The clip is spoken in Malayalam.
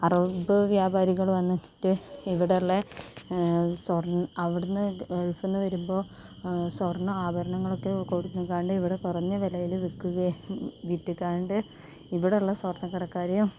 അറബ് വ്യാപാരികള് വന്നിട്ട് ഇവിടെയുള്ള സ്വർണ്ണ അവിടെ നിന്ന് ഗൾഫിൽ നിന്ന് വരുമ്പോൾ സ്വർണ്ണ ആഭരണങ്ങളൊക്കെ കൊടുക്കാണ്ട് ഇവടെ കുറഞ്ഞ വിലയില് വിക്കുകയും വിൽക്കാണ്ട് ഇവിടെയുള്ള സ്വർണ്ണക്കടക്കാരെയും